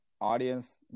audience